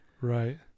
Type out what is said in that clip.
Right